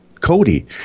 Cody